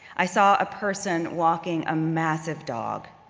i saw a person walking a massive dog,